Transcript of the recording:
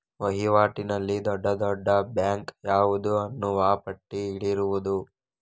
ವೈವಾಟಿನಲ್ಲಿ ದೊಡ್ಡ ದೊಡ್ಡ ಬ್ಯಾಂಕು ಯಾವುದು ಅನ್ನುವ ಪಟ್ಟಿ ಇಲ್ಲಿರುವುದು